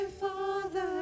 Father